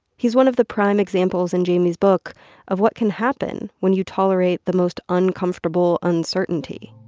he's one of the prime examples in jamie's book of what can happen when you tolerate the most uncomfortable uncertainty